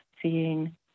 seeing